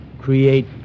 Create